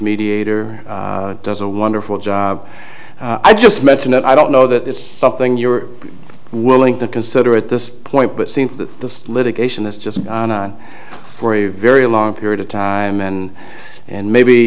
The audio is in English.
mediator does a wonderful job i just mention that i don't know that it's something you're willing to consider at this point but seems that the litigation is just on on for a very long period of time and and maybe